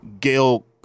Gail